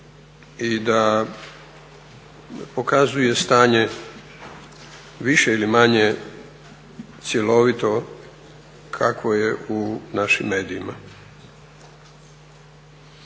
i da pokazuje stanje više ili manje cjelovito kakvo je u našim medijima.